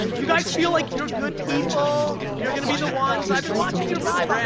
you guys feel like you're good people, you're gonna be the ones, i've been watching your vibe